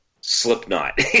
slipknot